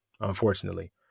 unfortunately